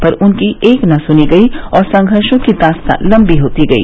पर उनकी एक न सुनी गई और संघर्षो की दास्तां लंबी होती गई